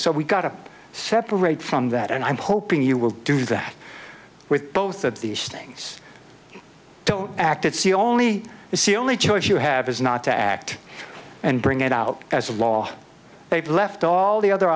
we've got to separate from that and i'm hoping you will do that with both of these things don't act it's the only it's the only choice you have is not to act and bring it out as a law they've left all the other